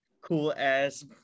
cool-ass